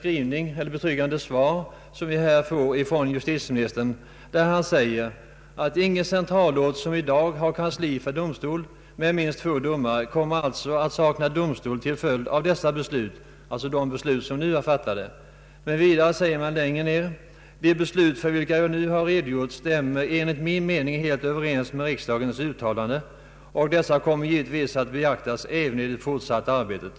tillfredsställande svar som vi här fått av justitieministern. Han säger därvid att ingen centralort som i dag har kansli för domstol med minst två domare kommer att sakna domstol till följd av de beslut som fattats. Vidare säger han att ”de beslut för vilka jag nu har redogjort stämmer enligt min mening helt överens med riksdagens uttalanden, och dessa kommer givetvis att beaktas även i det fortsatta arbetet”.